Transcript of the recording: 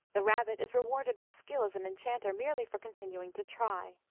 the eabbit is rewarded with skill as an enchanter merely for continuing to try.